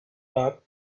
that